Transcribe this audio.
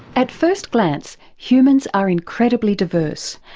at first glance humans are incredibly diverse.